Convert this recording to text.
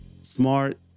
smart